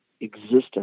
existence